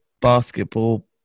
basketball